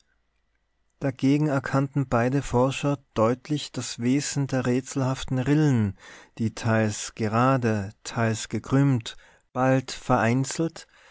dagegen erkannten beide forscher deutlich das wesen der rätselhaften rillen die teils gerade teils gekrümmt bald vereinzelt